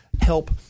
help